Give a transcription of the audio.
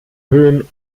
höhen